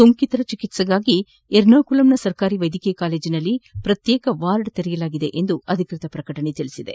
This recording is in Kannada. ಸೋಂಕಿತರ ಚಿಕಿತ್ಸೆಗಾಗಿ ಎರ್ನಾಕುಲಂನ ಸರ್ಕಾರಿ ವೈದ್ಯಕೀಯ ಕಾಲೇಜಿನಲ್ಲಿ ಪ್ರತ್ಯೇಕ ವಾರ್ಡ್ ಸ್ಡಾಪಿಸಲಾಗಿದೆ ಎಂದು ಅಧಿಕೃತ ಪ್ರಕಟಣೆ ತಿಳಿಸಿದೆ